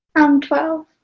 i'm twelve.